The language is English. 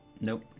Nope